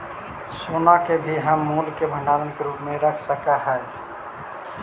सोना के भी हम मूल्य के भंडार के रूप में रख सकत हियई